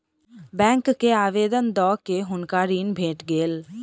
bank के आवेदन दअ के हुनका ऋण भेट गेल